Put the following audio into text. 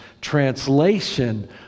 translation